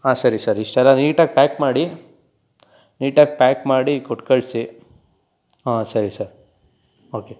ಹಾಂ ಸರಿ ಸರ್ ಇಷ್ಟೆಲ್ಲ ನೀಟಾಗಿ ಪ್ಯಾಕ್ ಮಾಡಿ ನೀಟಾಗಿ ಪ್ಯಾಕ್ ಮಾಡಿ ಕೊಟ್ಟು ಕಳಿಸಿ ಹಾಂ ಸರಿ ಸರ್ ಓಕೆ